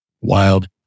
wild